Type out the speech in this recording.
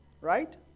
Right